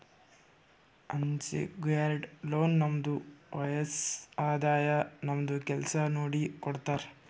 unsecured loan ನಮ್ದು ವಯಸ್ಸ್, ಆದಾಯ, ನಮ್ದು ಕೆಲ್ಸಾ ನೋಡಿ ಕೊಡ್ತಾರ್